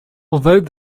although